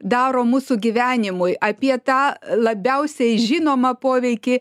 daro mūsų gyvenimui apie tą labiausiai žinomą poveikį